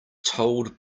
told